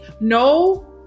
no